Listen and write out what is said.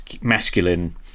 masculine